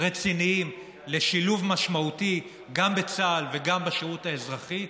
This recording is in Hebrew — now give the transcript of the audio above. רציניים לשילוב משמעותי גם בצה"ל וגם בשירות האזרחי,